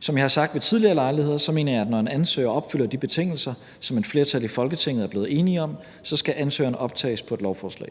Som jeg har sagt ved tidligere lejligheder, mener jeg, at når en ansøger opfylder de betingelser, som et flertal i Folketinget er blevet enige om, skal ansøgeren optages på et lovforslag.